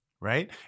Right